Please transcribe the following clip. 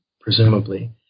presumably